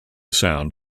sound